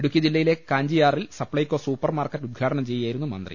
ഇടുക്കി ജില്ലയിലെ കാഞ്ചിയാറിൽ സപ്ലൈകോ സൂപ്പർമാർക്കറ്റ് ഉദ്ഘാടനം ചെയ്യുകയായിരുന്നു മന്ത്രി